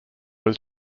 was